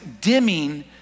dimming